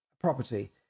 property